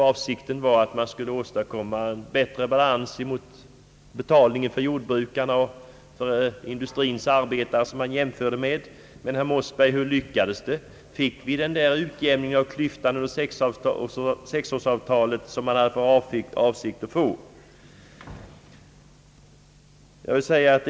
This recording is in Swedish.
Avsikten med det var ju att åstadkomma bättre balans mellan jordbrukarna och industrins arbetare i inkomsthänseende. Men, herr Mossberger, hur lyckades det? åstadkoms den avsedda utjäm ningen av klyftan under tiden för sexårsavtalet?